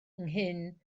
nghyn